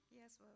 Yes